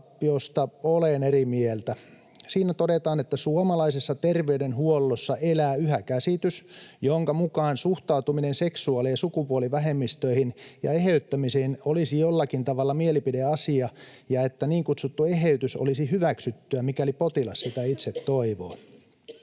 olen eri mieltä. Siinä todetaan, että suomalaisessa terveydenhuollossa elää yhä käsitys, jonka mukaan suhtautuminen seksuaali‑ ja sukupuolivähemmistöihin ja eheyttämiseen olisi jollakin tavalla mielipideasia ja että niin kutsuttu eheytys olisi hyväksyttyä, mikäli potilas sitä itse toivoo.